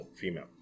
female